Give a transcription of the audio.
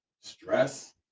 stress